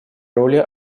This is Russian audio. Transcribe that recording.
роли